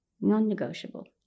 Non-negotiable